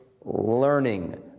learning